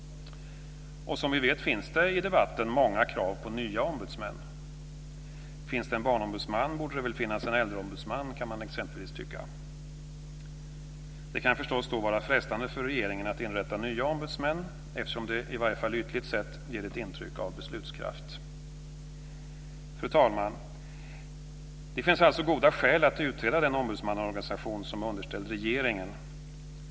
Som vi vet finns det i debatten många krav på nya ombudsmän. Finns det en barnombudsman borde det väl finnas en äldreombudsman, kan man exempelvis tycka. Det kan då förstås vara frestande för regeringen att inrätta nya ombudsmän eftersom det, i varje fall ytligt sett, ger ett intryck av beslutskraft. Fru talman! Det finns alltså goda skäl att utreda den ombudsmannaorganisation som är underställd regeringen.